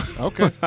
Okay